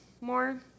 more